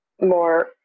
more